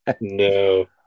No